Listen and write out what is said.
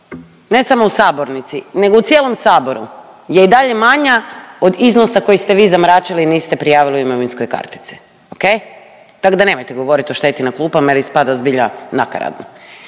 ne samo u sabornici nego u cijelom saboru je i dalje manja od iznosa koji ste vi zamračili i niste prijavili u imovinskoj kartici, okej? Tak da nemojte govorit o šteti na klupama jer ispada zbilja nakaradno.